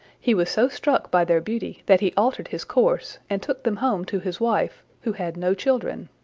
he was so struck by their beauty that he altered his course, and took them home to his wife, who had no children.